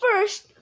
First